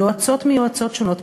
יועצות מיועצות שונות,